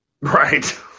Right